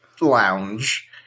lounge